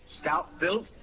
stout-built